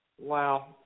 Wow